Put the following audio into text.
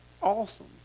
awesome